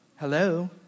hello